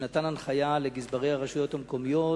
שנתן הנחיה לגזברי הרשויות המקומיות